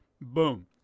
Boom